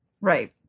right